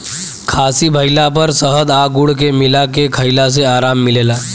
खासी भइला पर शहद आ गुड़ के मिला के खईला से आराम मिलेला